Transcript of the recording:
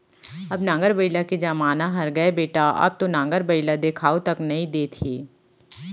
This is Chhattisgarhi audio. अब नांगर बइला के जमाना हर गय बेटा अब तो नांगर बइला देखाउ तक नइ देत हे